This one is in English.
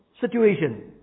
situation